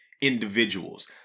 individuals